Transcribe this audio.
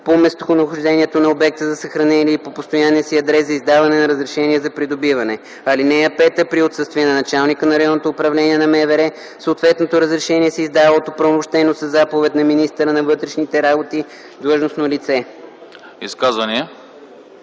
по местонахождението на обекта за съхранение или по постоянния си адрес за издаване на разрешение за придобиване. (5) При отсъствие на началника на РУ на МВР, съответното разрешение се издава от оправомощено със заповед на министъра на вътрешните работи длъжностно лице.”